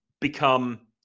become